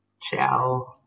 Ciao